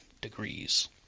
degrees